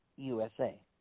USA